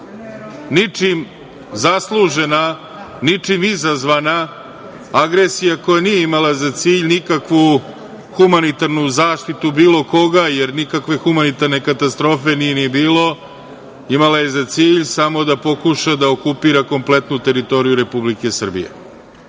ničim zaslužena, ničim izazvana agresija, koja nije imala za cilj nikakvu humanitarnu zaštitu bilo koga, jer nikakve humanitarne katastrofe nije ni bilo, imala je za cilj samo da pokuša da okupira kompletnu teritoriju Republike Srbije.U